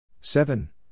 seven